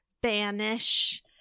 banish